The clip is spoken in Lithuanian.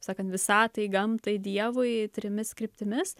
sakant visatai gamtai dievui trimis kryptimis